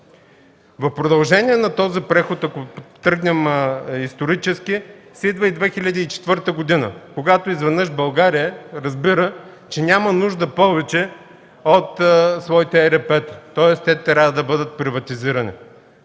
В продължение на този преход, ако тръгнем исторически, идва 2004 г., когато изведнъж България разбира, че няма нужда повече от своите ЕРП-та. Тоест, те трябва да бъдат приватизирани.